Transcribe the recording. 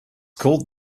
called